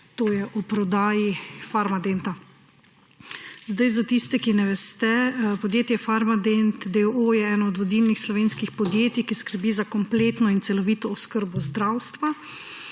to je o prodaji Farmadenta. Zdaj za tiste, ki ne veste, podjetje Farmadent, d. o. o., je eno od vodilnih slovenskih podjetij, ki skrbi za kompletno in celovito oskrbo zdravstva.